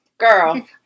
Girl